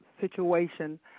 situation